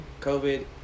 COVID